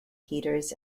heaters